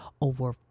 over